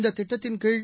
இந்ததிட்டத்தின்கீழ்